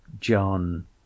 John